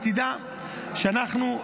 תדע שאנחנו,